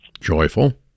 joyful